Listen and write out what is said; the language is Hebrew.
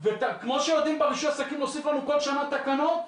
וכמו שיודעים ברישוי העסקים להוסיף לנו כל שנה תקנות,